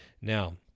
Now